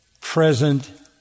present